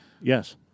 Yes